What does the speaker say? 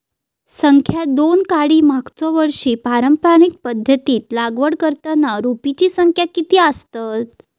संख्या दोन काडी मागचो वर्षी पारंपरिक पध्दतीत लागवड करताना रोपांची संख्या किती आसतत?